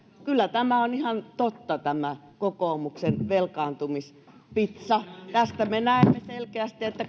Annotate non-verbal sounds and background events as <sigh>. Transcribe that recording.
kyllä tämä on ihan totta tämä kokoomuksen velkaantumispitsa tästä me näemme selkeästi että <unintelligible>